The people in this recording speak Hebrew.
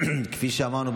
כפי שאמרנו,